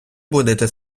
будете